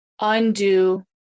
undo